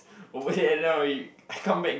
over here end up I come back